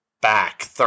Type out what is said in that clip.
back